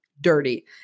dirty